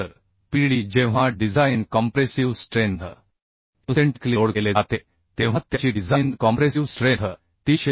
तर Pd जेव्हा design compressive strength eccentrically load केले जाते तेव्हा त्याची डिझाइन कॉम्प्रेसिव स्ट्रेंथ 316